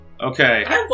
Okay